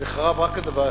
הוא חרב רק על דבר אחד,